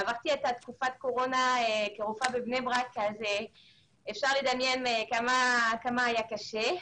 עברתי את תקופת הקורונה כרופאה בבני ברק ואפשר לדמיין כמה היה קשה.